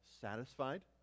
satisfied